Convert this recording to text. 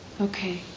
Okay